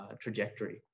trajectory